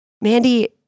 Mandy